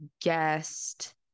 guest